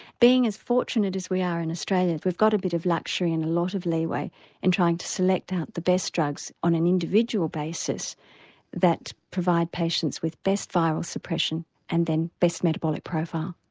being as fortunate as we are in australia we've got a bit of luxury and a lot of leeway in trying to select out the best drugs on an individual basis that provide patients with best viral suppression and then best metabolic profile.